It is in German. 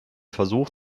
versuch